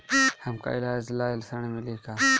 हमका ईलाज ला ऋण मिली का?